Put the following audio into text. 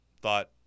thought